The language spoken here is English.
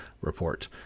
Report